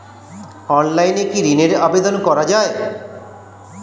অনলাইনে কি ঋণের আবেদন করা যায়?